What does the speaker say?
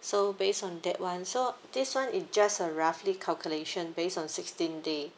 so based on that one so this one is just a roughly calculation based on sixteen day